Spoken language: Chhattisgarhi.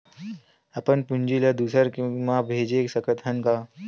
अपन पूंजी ला दुसर के मा भेज सकत हन का?